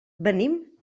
venim